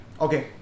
Okay